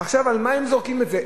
עכשיו, על מה הם זורקים את זה?